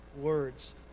words